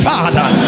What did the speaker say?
Father